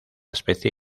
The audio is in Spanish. especie